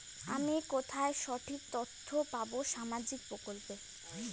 আমি কোথায় সঠিক তথ্য পাবো সামাজিক প্রকল্পের?